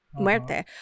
Muerte